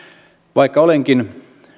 vaikka olenkin